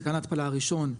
מתקן ההתפלה הראשון,